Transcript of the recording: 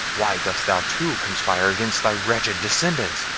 why dost thou too conspire against thy wretched descendant,